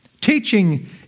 Teaching